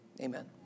Amen